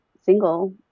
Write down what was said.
single